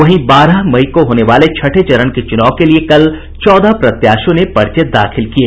वहीं बारह मई को होने वाले छठे चरण के चुनाव के लिए कल चौदह प्रत्याशियों ने पर्चे दाखिल किये